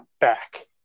back